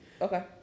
okay